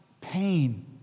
pain